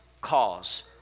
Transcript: cause